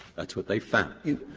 that's what they found.